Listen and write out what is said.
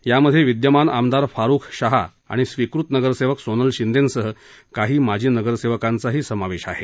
त्यामधे विद्यमान आमदार फारुख शाह आणि स्वीकृत नगरसेवक सोनल शिंदेंसह काही माजी नगरसेवकांचाही समावेश आहे